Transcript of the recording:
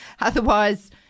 Otherwise